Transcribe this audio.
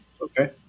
Okay